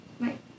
Right